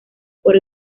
por